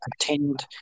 attend